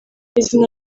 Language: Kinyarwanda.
izina